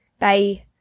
bye